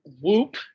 whoop